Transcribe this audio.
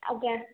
ଆଜ୍ଞା